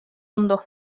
ondo